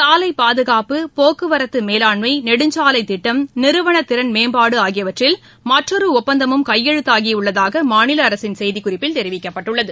சாலை பாதுகாப்பு போக்குவரத்து மேலாண்மை நெடுஞ்சாலைத்திட்டம் நிறுவன திறன் மேம்பாடு ஆகியவற்றில் மற்றொரு ஒப்பந்தமும் கையெழுத்தாகியுள்ளதாக மாநில செய்திக்குறிப்பில் தெரிவிக்கப்பட்டுள்ளது